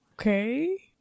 Okay